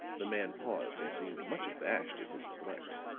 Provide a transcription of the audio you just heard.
the man paused and seemed much abashed at his neglect.